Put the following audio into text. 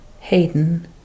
Hayden